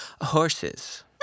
horses